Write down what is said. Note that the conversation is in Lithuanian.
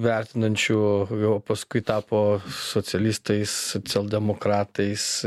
vertinančių jo paskui tapo socialistais socialdemokratais